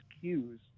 cues